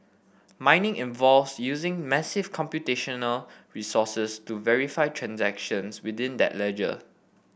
mining involves using massive computational resources to verify transactions within that ledger